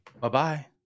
Bye-bye